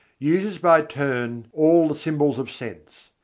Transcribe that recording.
uses by turn all the symbols of sense.